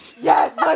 Yes